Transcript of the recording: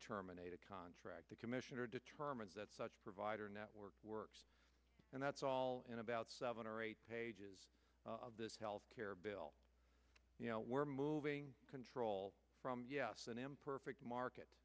terminate a contract the commissioner determines that such provider network works and that's all in about seven or eight pages of this health care bill we're moving control yes an imperfect market